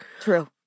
True